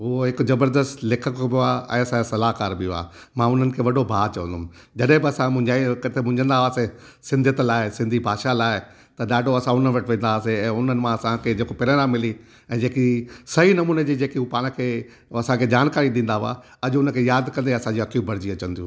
उहो हिकु जबरदस्तु लेखक बि हुआ ऐं असांजा सलाहकार बि हुआ मां उन्हनि खे वॾो भाउ चवंदुमि जॾहिं बि असां मुंझा आहियूं किथे मूंझंदा हुआसीं सिंधियत लाइ सिंधी भाषा लाइ त ॾाढो असां उन वटि वेंदा हुआसीं ऐं उन्हनि मां असांखे जेको प्रेरणा मिली ऐं जेकि सही नमूने जी जेकि पाण खे असांखे जानकारी ॾींदा हुआ अॼु उनखे यादि करे असां जूं अखियूं भरजी अचनि थियूं